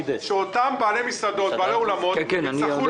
שאותם בעלי מסעדות ובעלי אולמות יצטרכו